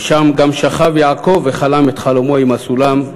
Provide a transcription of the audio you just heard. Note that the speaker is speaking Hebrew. ושם גם שכב יעקב וחלם את חלומו עם הסולם,